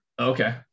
Okay